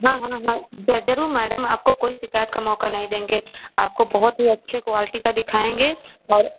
हाँ हाँ हाँ ज़रूर मैडम आपको कोई शिकायत का मौका नही देंगे आपको बहुत ही अच्छे क्वालटी का दिखाएँगे और